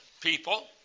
people